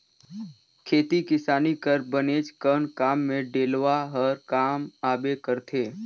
खेती किसानी कर बनेचकन काम मे डेलवा हर काम आबे करथे